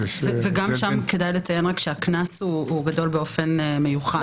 וגם שם כדאי לציין שהקנס גדול באופן מיוחד,